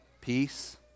peace